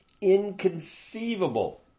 inconceivable